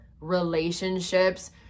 relationships